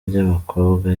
ry’abakobwa